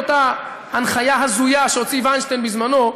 ההנחיה ההזויה שהוציא וינשטיין בזמנו,